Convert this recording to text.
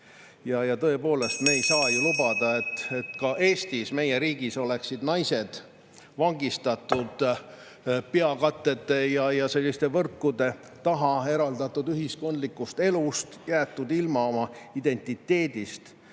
Tõepoolest, me ei saa ju lubada, et ka Eestis, meie riigis oleksid naised vangistatud peakatete ja selliste võrkude taha ning eraldatud ühiskondlikust elust ja jäetud ilma oma identiteedist.